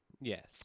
Yes